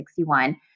1961